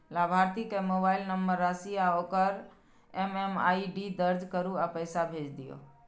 लाभार्थी के mobile number, राशि आ ओकर एम.एम.आई.डी दर्ज करू आ पैसा भेज दियौ